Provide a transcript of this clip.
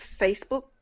facebook